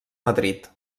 madrid